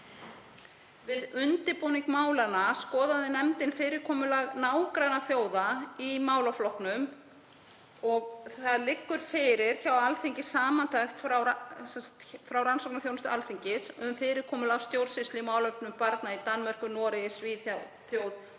Við undirbúning málanna skoðaði nefndin fyrirkomulag nágrannaþjóða í málaflokknum og fyrir liggur samantekt frá rannsóknaþjónustu Alþingis um fyrirkomulag stjórnsýslu í málefnum barna í Danmörku, Noregi, Svíþjóð,